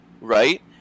right